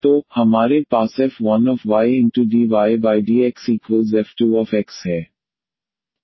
तो हमारे पास f1ydydxf2x है